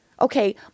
Okay